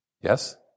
Yes